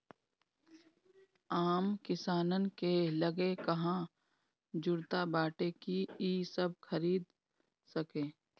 आम किसानन के लगे कहां जुरता बाटे कि इ सब खरीद सके